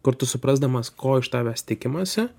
kur tu suprasdamas ko iš tavęs tikimasi